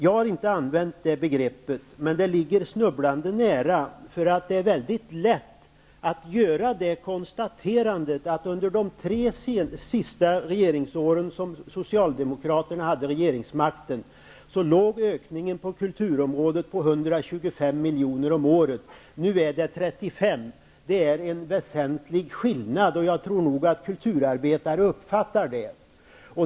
Jag har inte använt begreppet kulturskymning, men det ligger snubblandet nära, för det är väldigt lätt att göra det konstaterandet att under de tre senaste åren som Socialdemokraterna hade regeringsmakten låg ökningen på kulturområdet på 125 milj.kr. om året. Nu är det 35 miljoner. Det är en väsentlig skillnad, och jag tror nog att kulturarbetare uppfattar det.